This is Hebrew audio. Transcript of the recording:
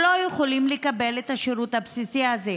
שלא יכולים לקבל את השירות הבסיסי הזה.